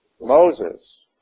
Moses